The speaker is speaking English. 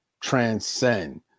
transcend